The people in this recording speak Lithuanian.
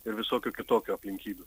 ir visokių kitokių aplinkybių